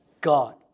God